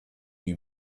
you